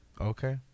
Okay